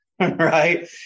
right